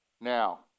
Now